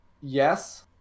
yes